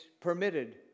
permitted